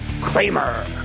Kramer